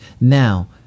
Now